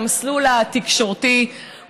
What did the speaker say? המסלול התקשורתי,